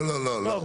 לא, לא, לא.